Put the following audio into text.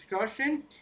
discussion